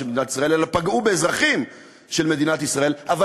מדינת ישראל אלא פגעו באזרחים של מדינת ישראל,